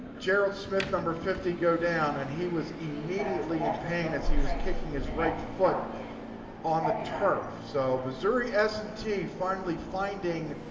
gerald smith, number fifty go down. and he was immediately in pain as he was kicking his right foot on the turf. so missouri s and t finally finding